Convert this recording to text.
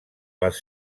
les